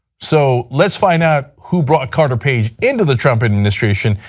so let's find out who brought carter page into the trump administration.